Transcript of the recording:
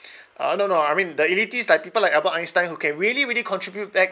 uh no no I mean the elitist like people like albert einstein who can really really contribute back